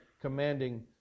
commanding